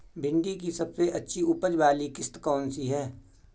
भिंडी की सबसे अच्छी उपज वाली किश्त कौन सी है?